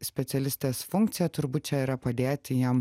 specialistės funkcija turbūt čia yra padėti jam